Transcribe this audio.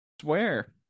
Swear